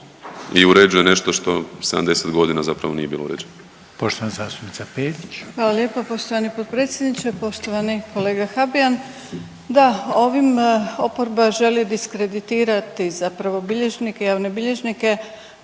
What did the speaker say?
i uređuje nešto što 70.g. zapravo nije bilo uređeno.